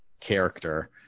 character